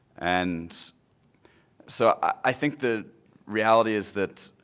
and so i think the reality is that